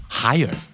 higher